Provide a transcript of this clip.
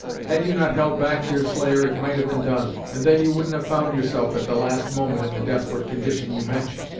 had you not held back, deerslayer, it might have been done, and then you wouldn't have found yourself, at the last moment, in the desperate condition you mention.